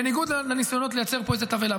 בניגוד לניסיונות לייצר פה איזו תבהלה,